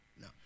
No